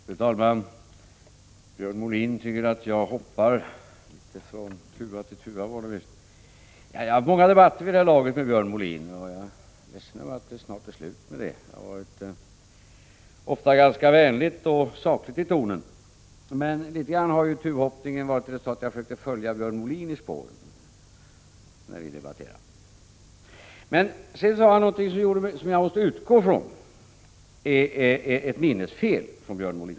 Fru talman! Björn Molin tycker att jag hoppar från tuva till tuva. Jag har vid det här laget haft många debatter med Björn Molin, och jag är ledsen över att det snart är slut med det. Det har ofta varit ganska vänligt och sakligt i tonen oss emellan. Tuvhoppningen har litet grand varit ett resultat av att jag har försökt följa Björn Molin i spåren när vi har debatterat. Sedan sade han någonting som jag måste utgå från beror på ett minnesfel.